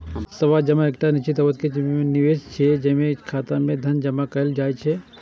सावधि जमा एकटा निश्चित अवधि के निवेश छियै, जेमे खाता मे धन जमा कैल जाइ छै